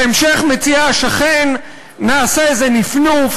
בהמשך מציע השכן: נעשה איזה נפנוף,